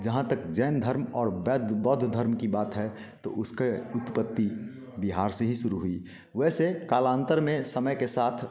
जहाँ तक जैन धर्म और बौद्ध धर्म की बात है तो उसके उत्पत्ति बिहार से ही शुरू हुई वैसे कालांतर में समय के साथ